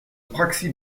praxi